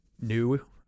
new